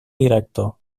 director